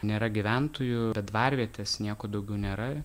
nėra gyventojų be dvarvietės nieko daugiau nėra